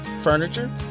furniture